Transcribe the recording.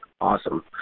awesome